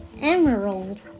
Emerald